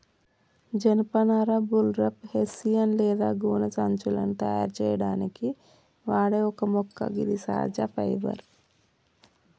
జనపనార burlap, hessian లేదా గోనె సంచులను తయారు సేయడానికి వాడే ఒక మొక్క గిది సహజ ఫైబర్